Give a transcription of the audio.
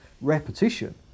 repetition